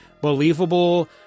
believable